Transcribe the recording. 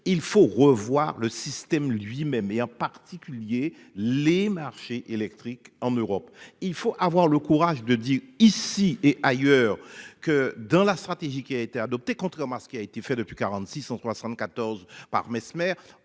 il faut revoir le système lui-même et en particulier les marchés électriques en Europe, il faut avoir le courage de dire, ici et ailleurs que dans la stratégie qui a été adopté, contrairement à ce qui a été fait depuis 46 ans 74 par Messmer,